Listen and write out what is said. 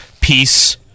Peace